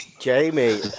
jamie